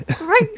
Right